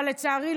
אבל לצערי,